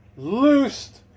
Loosed